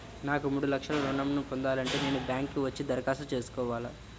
నాకు మూడు లక్షలు ఋణం ను పొందాలంటే నేను బ్యాంక్కి వచ్చి దరఖాస్తు చేసుకోవాలా?